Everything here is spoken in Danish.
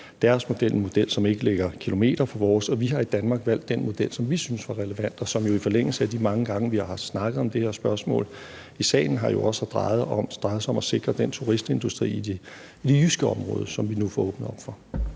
deres model, en model, som ikke ligger flere kilometer fra vores. Og vi har i Danmark valgt den model, som vi syntes var relevant, og som jo i forlængelse af de mange gange, vi har snakket om det her spørgsmål i salen, har drejet sig om at sikre den turistindustri i det jyske område, som vi nu får åbnet op for.